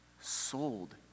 sold